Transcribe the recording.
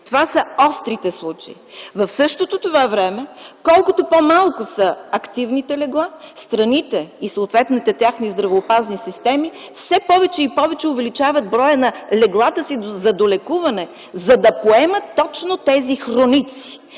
Това са острите случаи. В същото това време, колкото по-малко са активните легла, страните и съответните техни здравеопазни системи, все повече и повече увеличават броя на леглата си за долекуване, за да поемат точно тези хроници